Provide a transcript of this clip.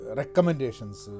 recommendations